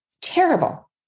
terrible